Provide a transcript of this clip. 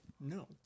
no